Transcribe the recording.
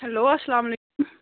hello اَسَلامُ علیکُم